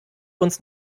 uns